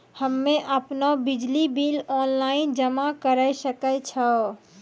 हम्मे आपनौ बिजली बिल ऑनलाइन जमा करै सकै छौ?